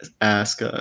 ask